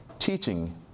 teaching